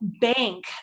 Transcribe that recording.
bank